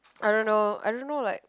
I don't know I don't know like